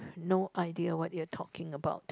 no idea what you are talking about